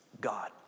God